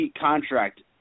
contract